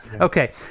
Okay